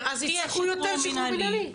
אז יצטרכו יותר שחרור מנהלי.